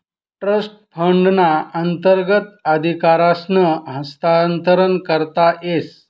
trust फंडना अंतर्गत अधिकारसनं हस्तांतरण करता येस